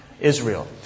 Israel